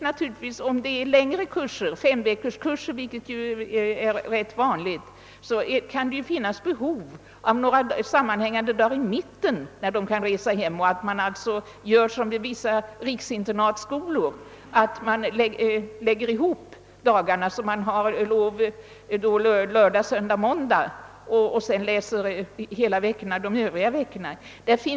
När det gäller längre kurser — femveckorskurser — vilket är rätt vanligt, kan det finnas behov av några dagars sammanhängande ledighet i mitten då man kan resa hem. Man kan göra som i vissa riksinternatskolor, där man Jlägger ihop lovdagarna och får ledigt lördag, söndag och måndag och läser alla dagar under övriga veckor.